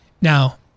Now